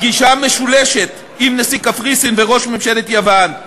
פגישה משולשת עם נשיא קפריסין וראש ממשלת יוון,